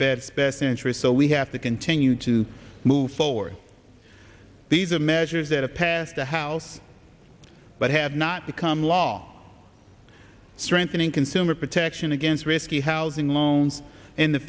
bed best interest so we have to continue to move forward these are measures that have passed the house but have not become law strengthening consumer protection against risky housing loans in the